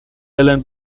ellen